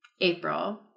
April